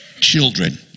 children